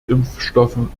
impfstoffen